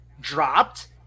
dropped